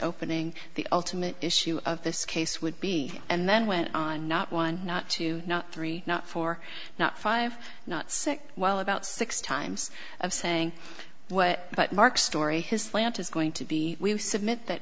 opening the ultimate issue of this case would be and then went on not one not two not three not four not five not six while about six times of saying what about mark's story his slant is going to be we will submit that